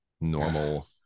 normal